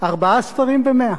ארבעה ספרים במאה.